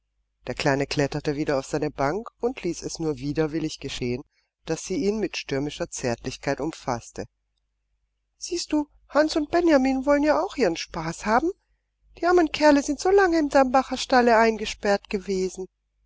der kleine kletterte wieder auf seine bank und ließ es nur widerwillig geschehen daß sie ihn mit stürmischer zärtlichkeit umfaßte siehst du hans und benjamin wollen ja doch auch ihren spaß haben die armen kerle sind so lange im dambacher stalle eingesperrt gewesen